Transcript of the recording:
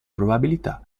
probabilità